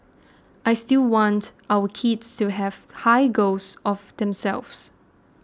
I still want our kids to have high goals of themselves